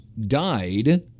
died